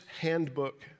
handbook